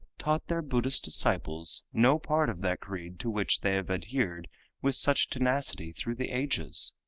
taught their buddhist disciples no part of that creed to which they have adhered with such tenacity through the ages?